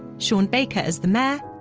sean baker as the mayor,